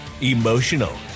emotional